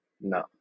no